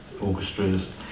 orchestras